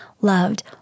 loved